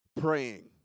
praying